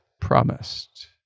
promised